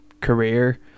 career